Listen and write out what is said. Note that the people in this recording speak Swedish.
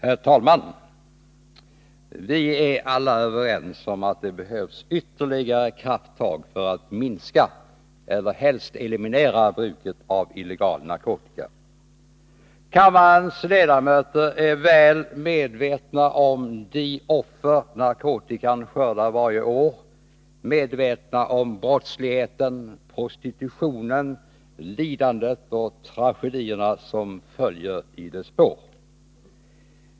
Herr talman! Vi är alla överens om att det behövs ytterligare krafttag för att minska eller helst eliminera bruket av illegal narkotika. Kammarens ledamöter är väl medvetna om de offer narkotikan skördar varje år, medvetna om brottsligheten, prostitutionen, lidandet och tragedierna som följer i dess spår.